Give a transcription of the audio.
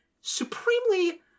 supremely